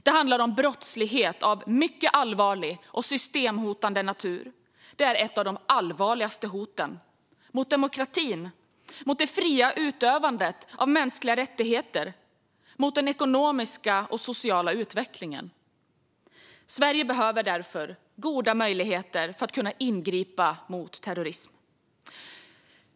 Det handlar om brottslighet av mycket allvarlig och systemhotande natur. Det är ett av de allvarligaste hoten mot demokratin, mot det fria utövandet av mänskliga rättigheter och mot den ekonomiska och sociala utvecklingen. Sverige behöver därför goda möjligheter att ingripa mot terrorism.